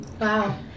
Wow